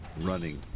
running